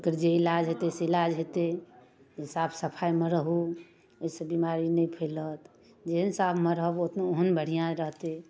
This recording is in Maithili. ओकर जे इलाज हेतै से इलाज हेतै साफ सफाइमे रहू जाहिसे बिमारी नहि फैलत जेहन साफमे रहब ओहन बढ़िआँ रहतै